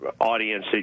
audience